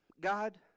God